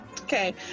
Okay